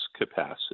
capacity